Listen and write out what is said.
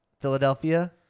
Philadelphia